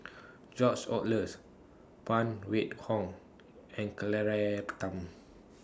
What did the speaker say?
George Oehlers Phan Wait Hong and Claire Tham